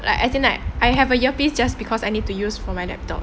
like as in like I have a earpiece just because I need to use for my laptop